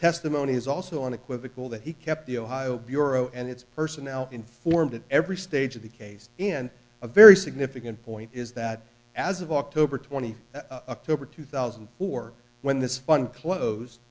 testimony is also unequivocal that he kept the ohio bureau and its personnel informed at every stage of the case and a very significant point is that as of october twenty eighth two thousand and four when this fund clo